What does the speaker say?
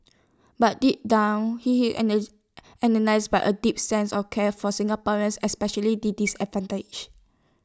but deep down he is energised by A deep sense of care for Singaporeans especially the disadvantaged